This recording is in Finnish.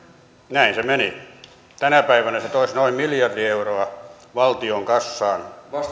näin se meni tänä päivänä se toisi noin miljardi euroa valtion kassaan